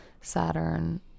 Saturn